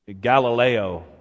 Galileo